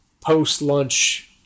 post-lunch